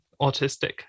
autistic